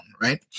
right